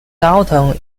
dalton